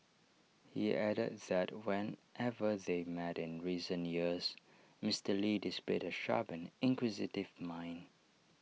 he added that whenever they met in recent years Mister lee displayed A sharp and inquisitive mind